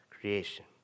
creation